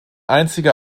einzige